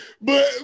but-